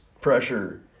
pressure